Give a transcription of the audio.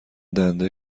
دنده